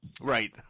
Right